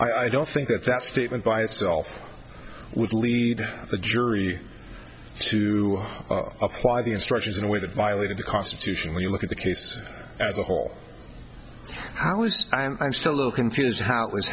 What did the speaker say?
be i don't think that that statement by itself would lead the jury to apply the instructions in a way that violated the constitution when you look at the cases as a whole how was i'm still a little confused how it was